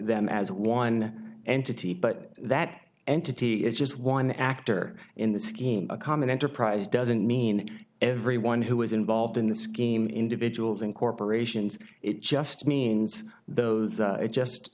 m as one entity but that entity is just one actor in the scheme a common enterprise doesn't mean everyone who is involved in the scheme individuals and corporations it just means those it just